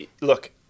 look